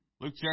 Luke